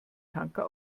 tanker